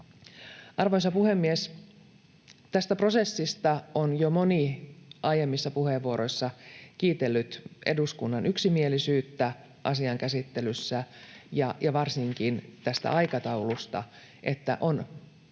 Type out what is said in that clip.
Arvoisa puhemies! Tästä prosessista on jo moni aiemmissa puheenvuoroissa kiitellyt eduskunnan yksimielisyyttä asian käsittelyssä ja varsinkin tätä aikataulua, että on